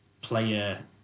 player